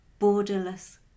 Borderless